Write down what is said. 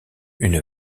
une